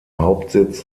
hauptsitz